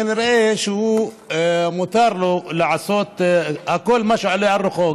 כנראה מותר לו לעשות כל מה שעולה על רוחו.